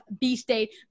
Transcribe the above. B-State